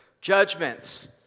judgments